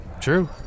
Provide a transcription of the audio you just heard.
true